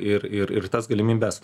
ir ir ir tas galimybes